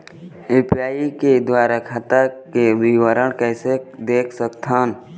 UPI के द्वारा खाता के विवरण कैसे देख सकत हन?